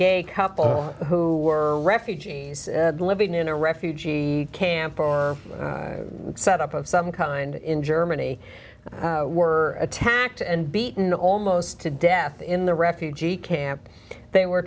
gay couple who were refugees living in a refugee camp or set up of some kind in germany were attacked and beaten almost to death in the refugee camp they were